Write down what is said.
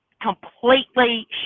completely